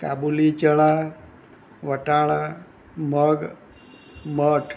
કાબુલી ચણા વટાણા મગ મઠ